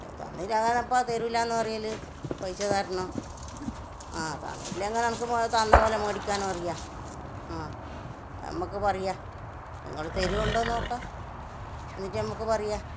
തന്നില്ലാന്ന് അപ്പം തരൂലാന്ന് പറയല്ല് പൈസ തരണം ആ തന്നിട്ടില്ലെങ്കിൽ എനിക്ക് തന്ന പോലെ മേടിക്കാനും അറിയാം ആ നമുക്ക് പറയാം നിങ്ങൾ തരുണുണ്ടോന്ന് നോക്കാം എന്നിട്ട് നമുക്ക് പറയാം